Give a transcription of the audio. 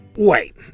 Wait